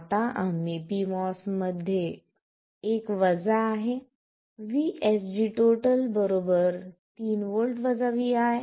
आता आम्ही pMOS मध्ये एक वजा आहे VSG 3 V vi